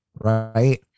right